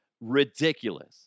ridiculous